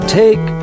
take